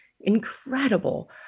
incredible